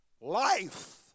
Life